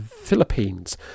Philippines